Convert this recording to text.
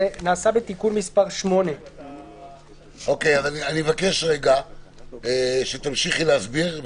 זה בתיקון מס' 8. אני מבקש שתמשיכי להסביר.